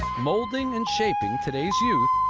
molding and shaping today's youth,